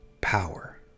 power